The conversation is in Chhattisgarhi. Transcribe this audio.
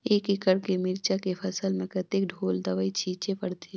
एक एकड़ के मिरचा के फसल म कतेक ढोल दवई छीचे पड़थे?